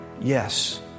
Yes